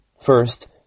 First